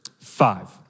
five